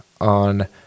On